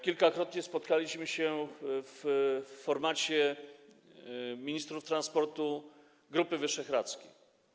Kilkakrotnie spotkaliśmy się w formacie ministrów transportu Grupy Wyszehradzkiej.